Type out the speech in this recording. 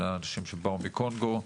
האנשים שבאו מקונגו,